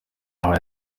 wawe